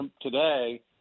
today